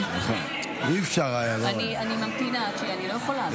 אני ממתינה, כי אני לא יכולה.